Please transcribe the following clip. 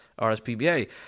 RSPBA